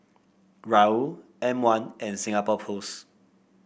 Raoul M one and Singapore Post